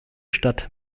stadt